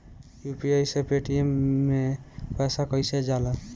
UPI से Paytm मे पैसा कइसे जाला?